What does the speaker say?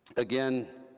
again,